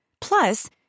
Plus